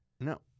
No